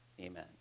Amen